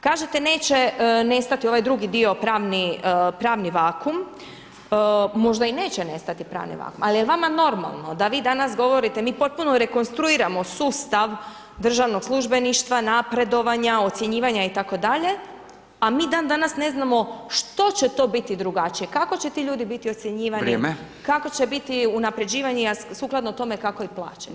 Kažete neće nestati ovaj drugi dio pravni vakum, možda i neće nestati pravni vakum ali je vama normalno da vi danas govorite, mi potpuno rekonstruiramo sustav državnog službeništva, napredovanja, ocjenjivanja itd. a mi dan danas ne znamo što će to biti drugačije, kako će ti ljudi biti ocjenjivani, kako će biti unapređivanje a sukladno tako kako je plaćeno.